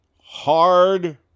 hard